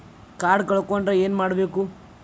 Card ಕಳ್ಕೊಂಡ್ರ ಏನ್ ಮಾಡಬೇಕು?